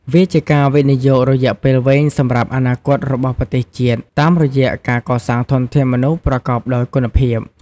វាជាការវិនិយោគរយៈពេលវែងសម្រាប់ អនាគតរបស់ប្រទេសជាតិ តាមរយៈការកសាងធនធានមនុស្សប្រកបដោយគុណភាព។